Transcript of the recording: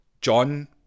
John